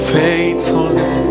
faithfulness